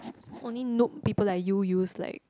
only noob people like you use like